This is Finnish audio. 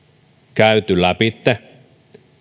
käyty läpitte